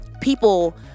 people